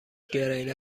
گریل